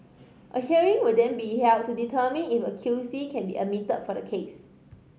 a hearing will then be held to determine if a QC can be admitted for the case